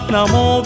Namo